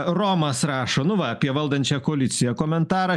romas rašo nu va apie valdančią koaliciją komentarą